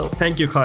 so thank you, kyle.